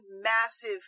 massive